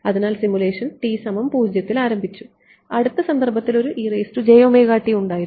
അതിനാൽ simulation t0 ൽ ആരംഭിച്ചു അടുത്ത സന്ദർഭത്തിൽ ഒരു ഉണ്ടായിരുന്നു